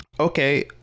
okay